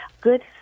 good